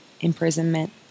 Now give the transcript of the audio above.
imprisonment